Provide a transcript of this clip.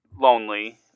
lonely